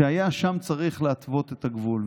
שהיה שם צריך להתוות את הגבול.